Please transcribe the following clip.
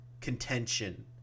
contention